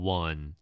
one